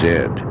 Dead